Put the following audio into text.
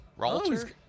Ralter